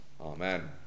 Amen